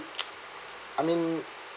I mean